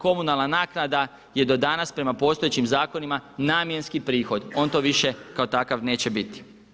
Komunalna naknada je do danas prema postojećim zakonima namjenski prihod, on to više kao takav neće biti.